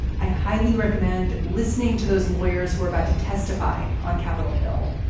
i highly recommend listening to those lawyers who are about to testify on capitol hill.